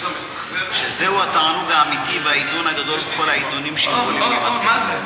שזהו התענוג האמיתי והעידון הגדול בכל העידונים שיכולים להימצא.